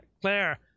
Claire